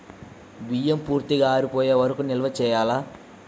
బియ్యం పూర్తిగా ఆరిపోయే వరకు నిల్వ చేయాలా?